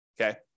okay